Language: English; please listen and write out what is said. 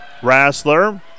Rassler